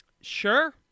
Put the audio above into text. Sure